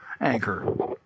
Anchor